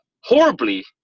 horribly